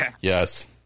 Yes